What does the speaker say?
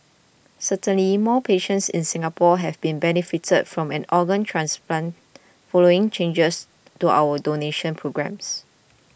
certainly more patients in Singapore have been benefited from an organ transplant following changes to our donation programmes